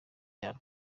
yarwo